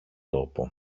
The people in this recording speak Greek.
τόπο